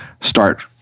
start